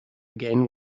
again